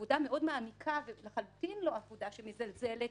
עבודה מאוד מעמיקה ולחלוטין לא עבודה שמזלזלת